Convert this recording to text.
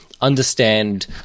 understand